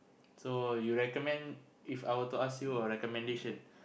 so you recommend If I were to ask you a recommendation